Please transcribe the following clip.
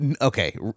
Okay